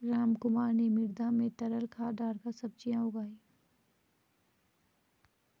रामकुमार ने मृदा में तरल खाद डालकर सब्जियां उगाई